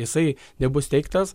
jisai nebus teiktas